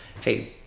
hey